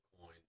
coin